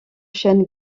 chaines